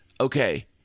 okay